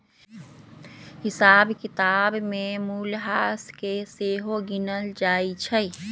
हिसाब किताब में मूल्यह्रास के सेहो गिनल जाइ छइ